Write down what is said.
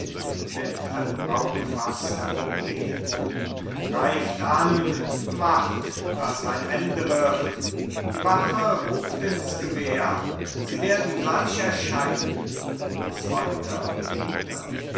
mit einem rauchfaß herumgehend greift an macht daß ein ende wird die wache ruft ins gewehr sie werden gleich erscheinen zweiter bedienter